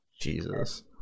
Jesus